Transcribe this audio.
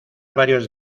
varios